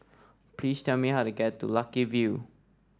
please tell me how to get to Lucky View